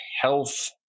health